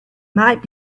might